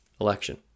election